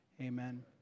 Amen